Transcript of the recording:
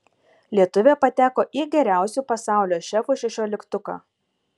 lietuvė pateko į geriausių pasaulio šefų šešioliktuką